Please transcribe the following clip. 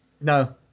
No